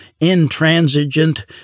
intransigent